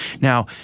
Now –